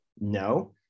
No